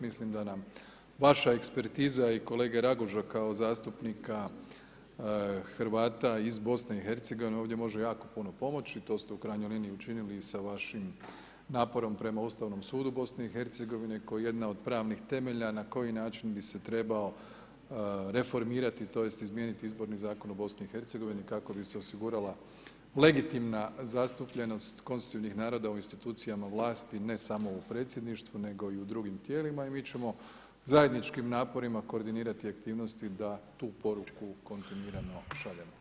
Mislim da nam vaša ekspertiza i kolege Raguža kao zastupnika Hrvata iz BiH ovdje može jako puno pomoći, to ste u krajnjoj liniji učinili i sa vašim naporom prema Ustavnom sudu BiH koja je jedna od pravnih temelja na koji način bi se trebao reformirati tj. izmijeniti izborni zakon u BiH, kako bi se osigurala legitimna zastupljenost konstitutivnih naroda u institucijama vlasti, ne samo u predsjedništvu, nego i u drugim tijelima i mi ćemo zajedničkim naporima koordinirati aktivnosti da tu poruku kontinuirano šaljemo.